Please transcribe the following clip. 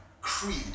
creed